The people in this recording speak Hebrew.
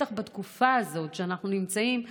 בטח בתקופה הזו שאנחנו נמצאים בה,